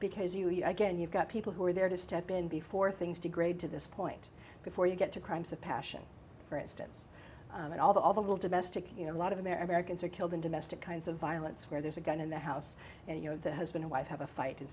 because you again you've got people who are there to step in before things degrade to this point before you get to crimes of passion for instance in all the all the little domestic you know a lot of americans are killed in domestic kinds of violence where there's a gun in the house and you know the husband wife have a fight and